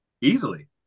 easily